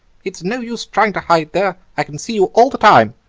it's no use trying to hide there i can see you all the time.